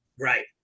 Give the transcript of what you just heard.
right